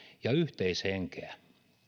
ja yhteishenkeä